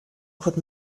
could